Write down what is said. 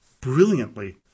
Brilliantly